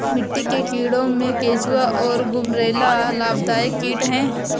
मिट्टी के कीड़ों में केंचुआ और गुबरैला लाभदायक कीट हैं